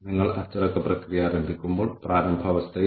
അതിനാൽ മുഴുവൻ പ്രക്രിയയുടെയും ധാരണയിൽ മാറ്റങ്ങൾ സംഭവിക്കുന്നു